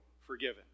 forgiven